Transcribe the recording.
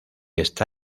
está